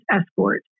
escort